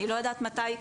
אני לא יודעת מתי,